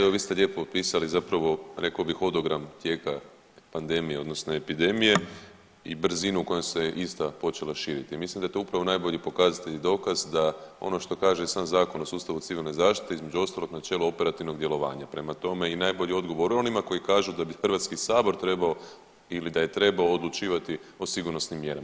Evo vi ste lijepo opisali zapravo rekao bih hodogram tijeka pandemije odnosno epidemije i brzu kojom se ista počela širiti i mislim da je to upravo najbolji pokazatelj i dokaz da ono što kaže sam Zakon o sustavu civilne zaštite između ostalog načelo operativnog djelovanja, prema tome i najbolji odgovor onima koji kažu da bi HS trebao ili da je trebao odlučivati o sigurnosnim mjerama.